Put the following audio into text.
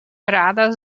rada